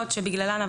שר הפנים או שר